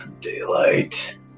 Daylight